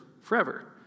Forever